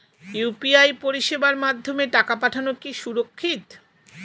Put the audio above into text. UPI পরিষেবার মাধ্যমে টাকা পাঠানো কি সুরক্ষিত?